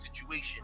situation